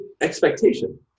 expectation